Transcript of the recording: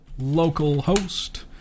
localhost